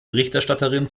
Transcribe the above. berichterstatterin